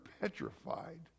petrified